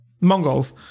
Mongols